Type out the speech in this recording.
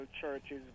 churches